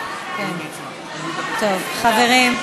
חברים,